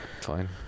Fine